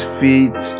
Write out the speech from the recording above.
feet